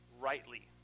rightly